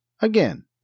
Again